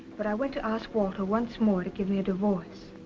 but i went to ask walter once more to give me a divorce.